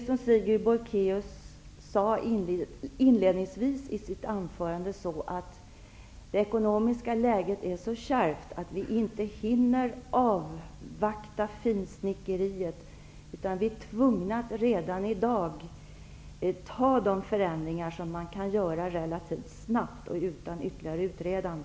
Som Sigrid Bolkéus inledningsvis sade, är det ekonomiska läget så kärvt att vi inte hinner avvakta finsnickeriet. Vi är tvungna att redan i dag göra de förändringar som man kan genomföra relativt snabbt utan ytterligare utredande.